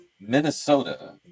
Minnesota